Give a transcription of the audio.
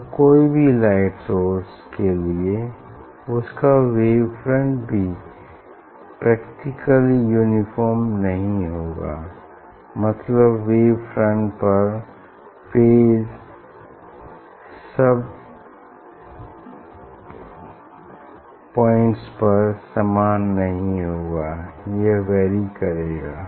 और कोई भी लाइट सोर्स लिए उसका वेव फ्रंट भी पर्फेक्ट्ली यूनिफार्म नहीं होगा मतलब वेव फ्रंट पर फेज सब पॉइंट्स पर समान नहीं होगा यह वैरी करेगा